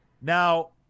Now